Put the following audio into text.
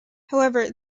however